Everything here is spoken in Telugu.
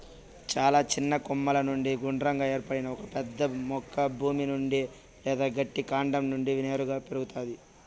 చాలా చిన్న కొమ్మల నుండి గుండ్రంగా ఏర్పడిన ఒక పెద్ద మొక్క భూమి నుండి లేదా గట్టి కాండం నుండి నేరుగా పెరుగుతాది